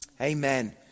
Amen